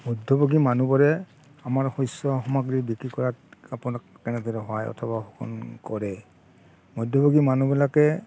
মধ্যভোগী মানুহবোৰে আমাৰ শস্য সামগ্ৰী বিক্ৰী কৰাত আপোনাক কেনেদৰে সহায় অথবা শোষণ কৰে মধ্যভোগী মানুহবিলাকে